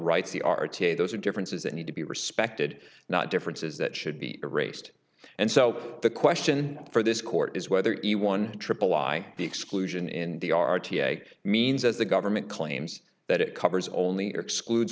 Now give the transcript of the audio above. writes the r t a those are differences that need to be respected not differences that should be erased and so the question for this court is whether the one triple why the exclusion in the r t a means as the government claims that it covers only excludes